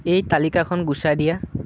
এই তালিকাখন গুচাই দিয়া